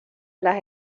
las